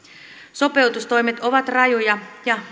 sopeutustoimet ovat rajuja ja